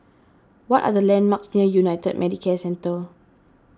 what are the landmarks United Medicare Centre